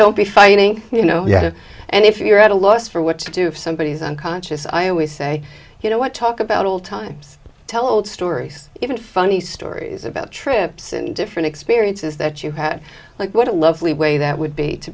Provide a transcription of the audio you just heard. don't be fighting you know yet and if you're at a loss for what to do if somebody is unconscious i always say you know what talk about old times tell old stories even funny stories about trips and different experiences that you had like what a lovely way that would be to